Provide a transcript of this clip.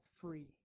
free